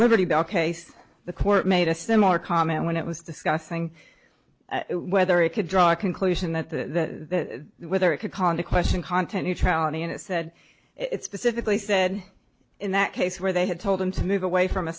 liberty bell case the court made a similar comment when it was discussing whether it could draw a conclusion that whether it could conduct question content neutrality and it said it's pacifically said in that case where they had told him to move away from